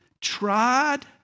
tried